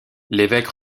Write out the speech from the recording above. l’évêque